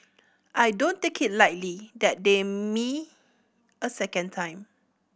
I don't take it lightly that they me a second time